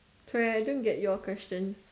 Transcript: sorry I don't get your question